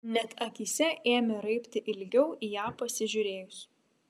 net akyse ėmė raibti ilgiau į ją pasižiūrėjus